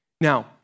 Now